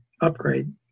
upgrade